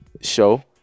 show